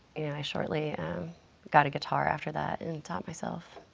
i shortly got a guitar after that and taught myself.